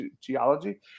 geology